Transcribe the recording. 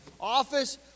office